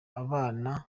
abana